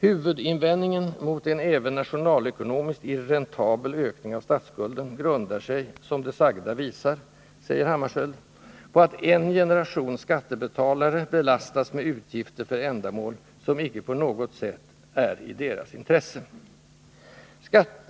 —---” ”Huvudinvändningen mot en även nationalekonomiskt irräntabel ökning av statsskulden grundar sig, som det sagda visar”, säger Hammarskjöld, ”på att en generation skattebetalare belastas med utgifter för ändamål, som icke på något sätt är i deras intresse”.